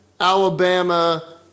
Alabama